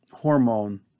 hormone